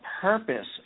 purpose